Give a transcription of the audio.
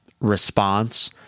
response